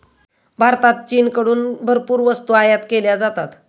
भारतात चीनकडून भरपूर वस्तू आयात केल्या जातात